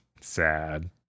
Sad